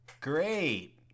great